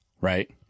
right